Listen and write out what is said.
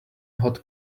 hot